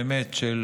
באמת, של